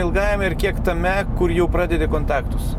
ilgajame ir kiek tame kur jau pradedi kontaktus